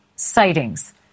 sightings